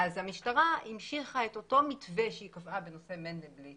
המשטרה המשיכה את אותו מתווה שהיא קבעה בנושא מנדלבליט